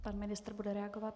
Pan ministr bude reagovat.